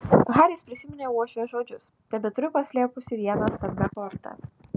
haris prisiminė uošvės žodžius tebeturiu paslėpusi vieną stambią kortą